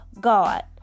God